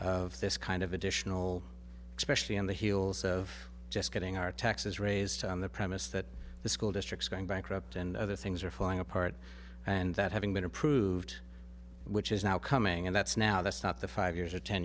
of this kind of additional especially on the heels of just getting our taxes raised on the premise that the school districts going bankrupt and other things are falling apart and that having been approved which is now coming and that's now that's not the five years or ten